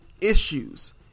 issues